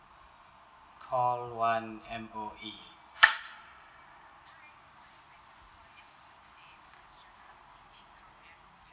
call one M_O_E